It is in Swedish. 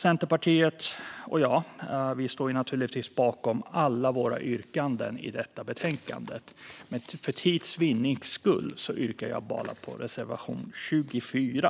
Centerpartiet och jag står naturligtvis bakom alla våra reservationer i detta betänkande, men för tids vinning yrkar jag bara bifall till reservation 24.